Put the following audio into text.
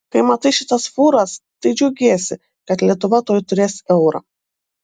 kai matai šitas fūras tai džiaugiesi kad lietuva tuoj turės eurą